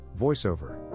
voiceover